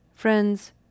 Friends